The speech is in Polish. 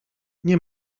nie